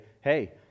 hey